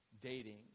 dating